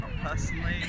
personally